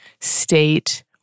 state